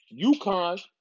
UConn